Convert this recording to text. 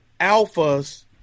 alphas